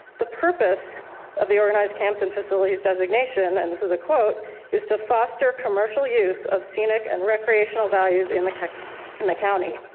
the purpose of the organized camps and facilities designation. and this is a quote is to foster commercial use of scenic and recreational values in the ca in the county.